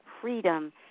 freedom